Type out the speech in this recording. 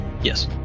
Yes